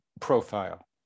profile